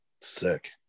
Sick